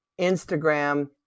Instagram